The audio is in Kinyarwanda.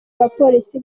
abapolisi